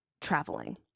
traveling